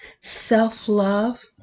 self-love